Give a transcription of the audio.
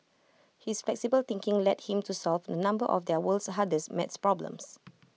his flexible thinking led him to solve A number of their world's hardest math problems